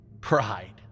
Pride